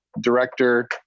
director